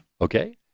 Okay